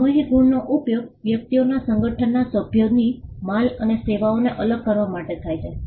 સામૂહિક ગુણનો ઉપયોગ વ્યક્તિઓના સંગઠનના સભ્યોની માલ અથવા સેવાઓને અલગ કરવા માટે થાય છે